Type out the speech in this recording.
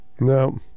no